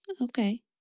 Okay